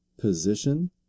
position